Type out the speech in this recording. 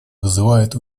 вызывает